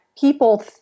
people